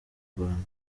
rwanda